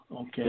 okay